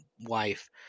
wife